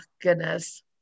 goodness